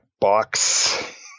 box